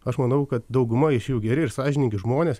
aš manau kad dauguma iš jų geri ir sąžiningi žmonės